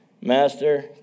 Master